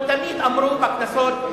תמיד אמרו בכנסת,